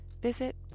visit